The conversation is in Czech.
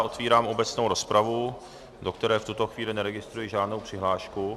Otevírám obecnou rozpravu, do které v tuto chvíli neregistruji žádnou přihlášku.